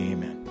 Amen